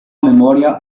memoria